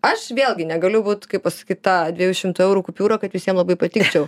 aš vėlgi negaliu būt kaip pasakyt ta dviejų šimtų eurų kupiūra kad visiem labai patikčiau